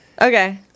Okay